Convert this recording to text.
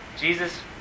Jesus